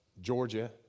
Georgia